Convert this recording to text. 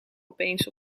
opeens